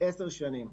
עשר שנים.